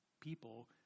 people